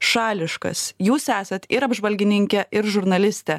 šališkas jūs esat ir apžvalgininkė ir žurnalistė